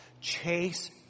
chase